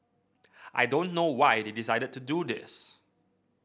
I don't know why they decided to do this